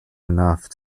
enough